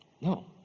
No